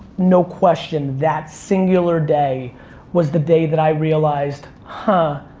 no question, that singular day was the day that i realized, huh,